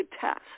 test